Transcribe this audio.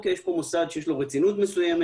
יש פה מוסד שיש לו רצינות מסוימת,